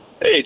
hey